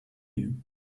you